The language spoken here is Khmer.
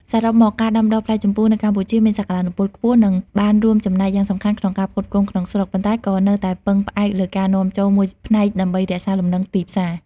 សរុបមក ការដាំដុះផ្លែជម្ពូនៅកម្ពុជាមានសក្តានុពលខ្ពស់ និងបានរួមចំណែកយ៉ាងសំខាន់ក្នុងការផ្គត់ផ្គង់ក្នុងស្រុក ប៉ុន្តែក៏នៅតែពឹងផ្អែកលើការនាំចូលមួយផ្នែកដើម្បីរក្សាលំនឹងទីផ្សារ។